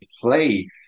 play